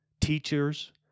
teachers